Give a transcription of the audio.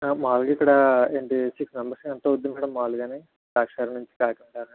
మాములుగా ఇక్కడ అంటే సిక్స్ మెంబెర్స్ కి ఎంతవుద్ది మ్యాడం మాములుగాని ద్రాక్షారం నుంచి కాకినాడ